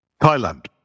Thailand